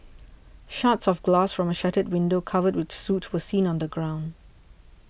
shards of glass from a shattered window covered with soot were seen on the ground